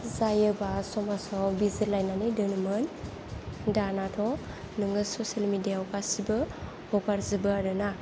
जायोबा समाजाव बिजिरलायनानै दोनोमोन दानाथ' नोङो ससियेल मिडियायाव गासिबो हगारजोबो आरोना